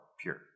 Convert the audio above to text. pure